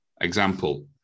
Example